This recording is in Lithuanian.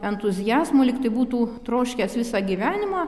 entuziazmo lyg tai būtų troškęs visą gyvenimą